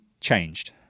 changed